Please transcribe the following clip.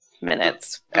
minutes